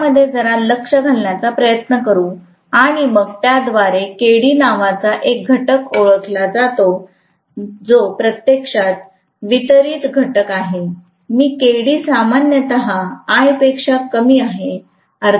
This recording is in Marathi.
त्यामध्ये जरा लक्ष घालण्याचा प्रयत्न करू आणि मग त्याद्वारे Kd नावाचा एक घटक ओळखला जो प्रत्यक्षात वितरण घटक आहे आणि Kd सामान्यत 1 पेक्षा कमी आहे